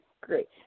great